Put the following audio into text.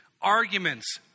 arguments